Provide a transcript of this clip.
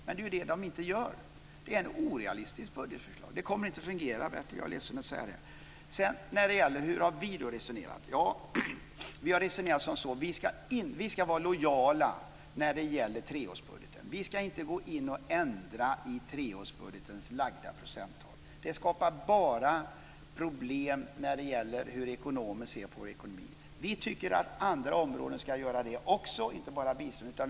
Men det är ju det de inte gör. Det är ett orealistiskt budgetförslag. Det kommer inte att fungera, Bertil. Jag är ledsen att behöva säga det. Hur har då vi resonerat? Jo, vi har sagt att vi ska vara lojala när det gäller treårsbudgeten. Vi ska inte gå in och ändra i treårsbudgetens fastlagda procenttal. Det skapar bara problem när det gäller hur vi ser på vår ekonomi. Vi tycker att detta ska gälla också andra områden, inte bara biståndet.